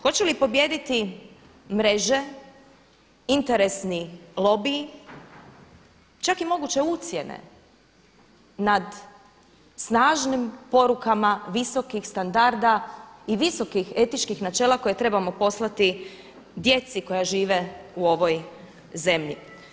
Hoće li pobijediti mreže interesni lobi, čak i moguće ucjene nad snažnim porukama visokih standarda i visokih etičkih načela koje trebamo poslati djeci koja žive u ovoj zemlji.